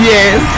Yes